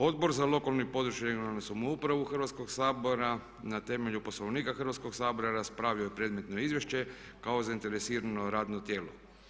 Odbor za lokalnu i područnu, regionalnu samoupravu Hrvatskog sabora na temelju Poslovnika Hrvatskog sabora raspravio je predmetno izvješće kao zainteresirano radno tijelo.